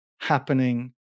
happening